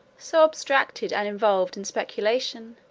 so abstracted and involved in speculation,